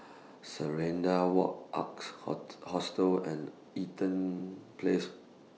Serenade Walk Arks Hot Hostel and Eaton Place